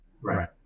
Right